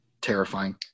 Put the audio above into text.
terrifying